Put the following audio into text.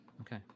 Okay